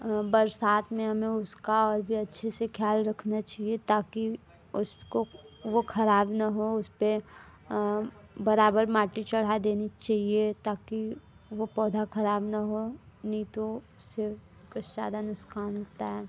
बरसात में हमें उसका और भी अच्छे से ख़याल रखना चाहिए ताकि उस को वह ख़राब न हो उस पर बराबर माटी चढ़ा देनी चाहिए ताकि वह पौधा ख़राब न हो नहीं तो से सारा नुकसान होता है